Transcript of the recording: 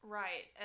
right